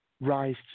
rise